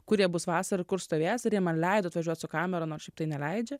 kur jie bus vasarą kur stovės ir man leido atvažiuot su kamera nors šiaip tai neleidžia